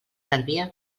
servia